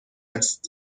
است